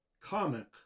comic